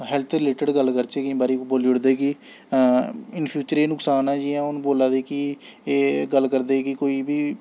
health related गल्ल करचै केईं बारी बोल्ली ओड़दे कि इन फ्यूचर एह् नुक्सान ऐ जि'यां हून बोल्ला दे कि एह् गल्ल करदे कि कोई बी